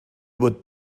would